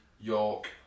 York